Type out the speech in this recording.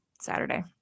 Saturday